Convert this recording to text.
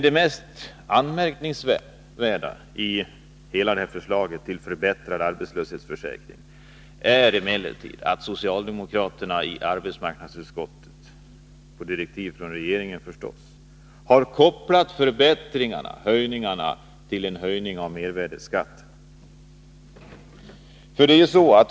Det mest anmärkningsvärda i hela det här förslaget till förbättrad arbetslöshetsförsäkring är emellertid att socialdemokraterna i arbetsmarknadsutskottet, på direktiv från regeringen, har kopplat förbättringarna till en höjning av mervärdeskatten.